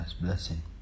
blessing